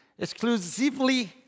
exclusively